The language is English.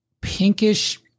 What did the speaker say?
pinkish